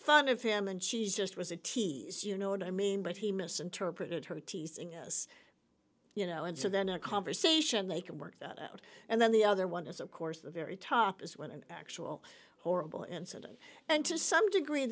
fun of him and she just was a tease you know what i mean but he misinterpreted her teasing as you know and so then in a conversation they can work that out and then the other one is of course the very top is when an actual horrible incident and to some degree